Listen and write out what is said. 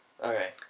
Okay